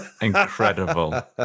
Incredible